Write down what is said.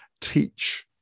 teach